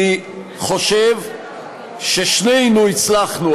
אני חושב ששנינו הצלחנו,